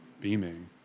beaming